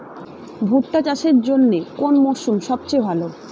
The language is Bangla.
ভুট্টা চাষের জন্যে কোন মরশুম সবচেয়ে ভালো?